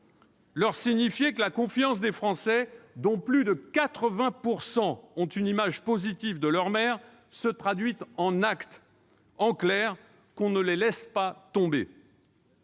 leur signifier que la confiance des Français, dont plus de 80 % ont une image positive de leur maire, se traduit en actes, en clair qu'on ne les laisse pas tomber.